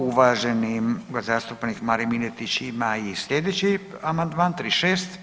Uvaženi zastupnik Marin Miletić ima i sljedeći amandman 36.